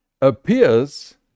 appears